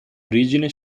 origine